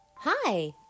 Hi